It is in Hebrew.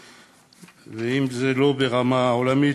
ואם זה לא ברמה עולמית,